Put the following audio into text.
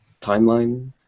timeline